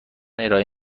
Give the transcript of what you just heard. ارائه